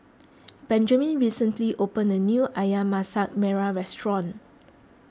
Benjaman recently opened a new Ayam Masak Merah Restaurant